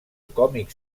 còmic